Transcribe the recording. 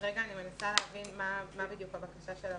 כרגע אני מנסה להבין מה בדיוק הבקשה של הוועדה.